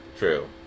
True